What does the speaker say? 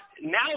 now